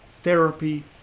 therapy